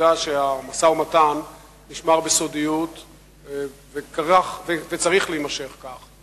העובדה שהמשא-ומתן נשמר בסודיות וצריך להישאר כך,